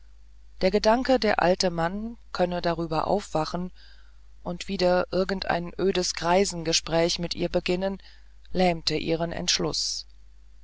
der gedanke der alte mann könne darüber aufwachen und wieder irgendein ödes greisengespräch mit ihr beginnen lähmte ihren entschluß